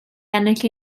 ennill